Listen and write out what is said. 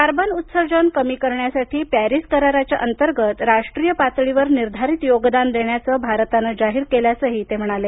carbon उत्सर्जन कमी करण्यासाठी पॅरिस कराराच्या अंतर्गत राष्ट्रीय पातळीवर निर्धारित योगदान देण्याचं भारतानं जाहीर केल्याचं ते म्हणाले